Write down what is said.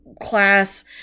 class